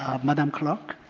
ah madam clerk,